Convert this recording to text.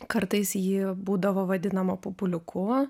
kartais ji būdavo vadinama pupuliuku